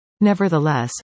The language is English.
Nevertheless